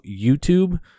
YouTube